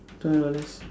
twelve dollars